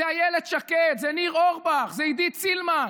זו אילת שקד, זה ניר אורבך, זו עידית סילמן.